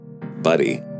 Buddy